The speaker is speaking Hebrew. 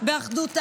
באחדות העם.